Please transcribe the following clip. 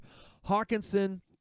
Hawkinson